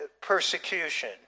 persecution